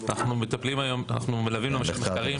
אנחנו מלווים למשל מחקרים.